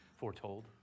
Foretold